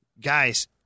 guys